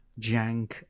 jank